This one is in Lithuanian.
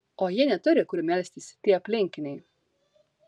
o jie neturi kur melstis tie aplinkiniai